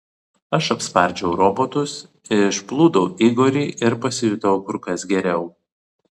aš apspardžiau robotus išplūdau igorį ir pasijutau kur kas geriau